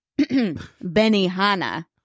Benihana